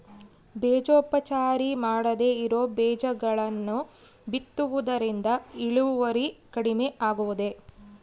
ಬೇಜೋಪಚಾರ ಮಾಡದೇ ಇರೋ ಬೇಜಗಳನ್ನು ಬಿತ್ತುವುದರಿಂದ ಇಳುವರಿ ಕಡಿಮೆ ಆಗುವುದೇ?